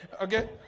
Okay